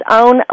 own